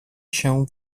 się